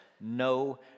no